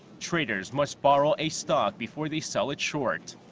traders must borrow a stock before they sell it short.